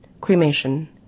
cremation